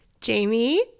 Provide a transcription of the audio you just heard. Jamie